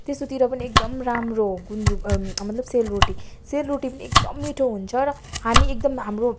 त्यस्तोतिर पनि एकदम राम्रो गुन्द्रुक मतलब सेलरोटी सेलरोटी पनि एकदम मिठो हुन्छ र हामी एकदम हाम्रो